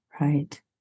right